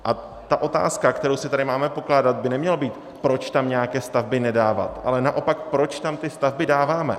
A ta otázka, kterou si tady máme pokládat, by neměla být, proč tam nějaké stavby nedávat, ale proč tam ty stavby dáváme.